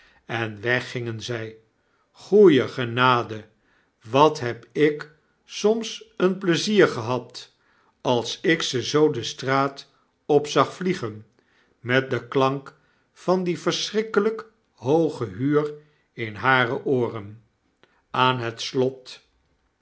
en weg gingen zy goeiegenade wat heb ik soms een pleizier gehad als ik ze zoo de straat op zag vliegen met den klank van die verschrikkelyk hooge huur in hareooren aan het slot